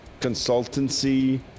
consultancy